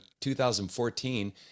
2014